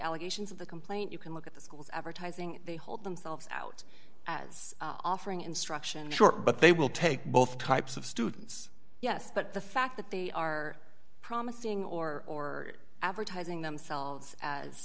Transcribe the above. allegations of the complaint you can look at the schools advertising they hold themselves out as offering instruction short but they will take both types of students yes but the fact that they are promising or advertising themselves